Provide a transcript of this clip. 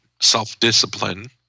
self-discipline